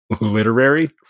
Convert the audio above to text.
literary